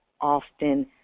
often